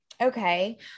Okay